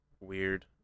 weird